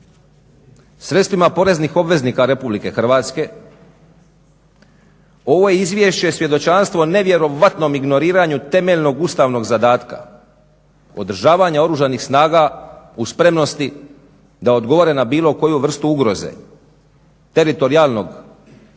sredstvima poreznih obveznika RH, ovo izvješće je svjedočanstvo nevjerojatnom ignoriranju temeljnog ustavnog zadatka održavanja Oružanih snaga u spremnosti da odgovore na bilo koju vrstu ugroze teritorijalne